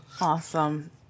Awesome